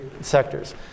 sectors